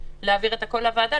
להעביר את הכול לוועדה,